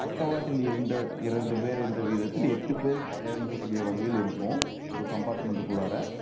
பக்கவாட்டில் இரண்டு இரண்டு பேர் என்ற வீதத்தில் எட்டு பேர் பயணிக்கக்கூடிய வகையில் இருக்கும் ஒரு கம்பார்ட்மெண்ட்டுக்குள்ளாற